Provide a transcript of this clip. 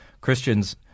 Christians